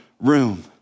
room